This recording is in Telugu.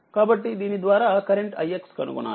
కాబట్టి దీని ద్వారా కరెంట్ ix కనుగొనాలి